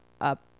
up